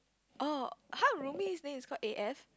oh [huh] Romy's name is called A_F